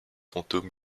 fantômes